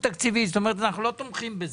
תקציבית זה אומר שאתם לא תומכים בזה.